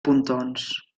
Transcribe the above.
pontons